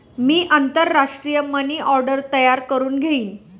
मी आंतरराष्ट्रीय money order तयार करुन घेईन